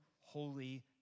Holy